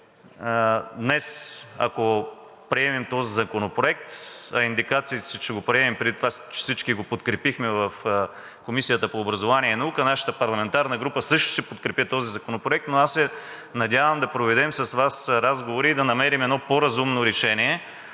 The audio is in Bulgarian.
днес, ако приемем този законопроект, а индикацииите са, че ще го приемем – преди това всички го подкрепихме в Комисията по образование и наука, нашата парламентарна група също ще подкрепи този законопроект, но аз се надявам да проведем с Вас разговори и да намерим едно по-разумно решение